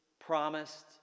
promised